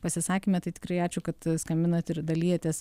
pasisakyme tai tikrai ačiū kad skambinat ir dalijatės